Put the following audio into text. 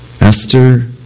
Esther